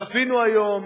אנחנו צפינו היום